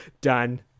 done